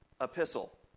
epistle